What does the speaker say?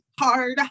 hard